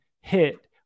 hit